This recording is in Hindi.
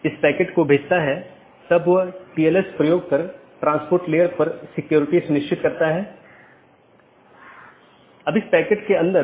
इसलिए आज हम BGP प्रोटोकॉल की मूल विशेषताओं पर चर्चा करेंगे